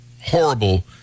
horrible